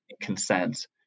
consent